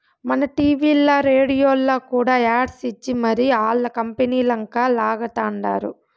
మన టీవీల్ల, రేడియోల్ల కూడా యాడ్స్ ఇచ్చి మరీ ఆల్ల కంపనీలంక లాగతండారు